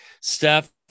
steph